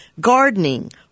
gardening